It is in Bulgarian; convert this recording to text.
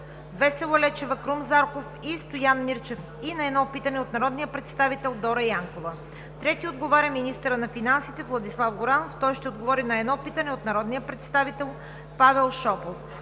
Весела Лечева, Крум Зарков и Стоян Мирчев и на едно питане от народния представител Дора Янкова. Трети отговаря министърът на финансите Владислав Горанов. Той ще отговори на едно питане от народния представител Павел Шопов.